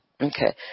Okay